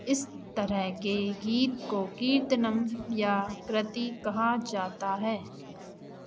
इस तरह के गीत को कीर्तनम या क्रति कहा जाता है